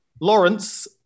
Lawrence